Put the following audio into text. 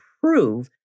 prove